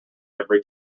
every